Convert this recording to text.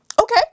okay